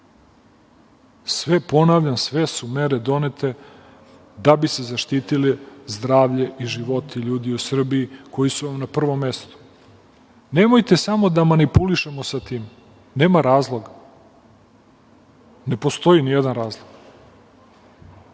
ponavljam, sve su mere donete da bi se zaštitili zdravlje i životi ljudi u Srbiji, koji su na prvom mestu. Nemojte samo da manipulišemo sa time. Nema razloga. Ne postoji nijedan razlog. Vi